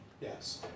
yes